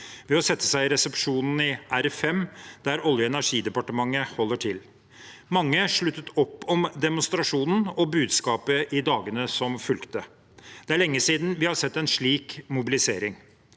ved å sette seg i resepsjonen i R5, der Olje- og energidepartementet holder til. Mange sluttet opp om demonstrasjonen og budskapet i dagene som fulgte. Det er lenge siden vi har sett en slik mobilisering.